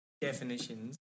definitions